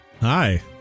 Hi